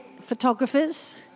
photographers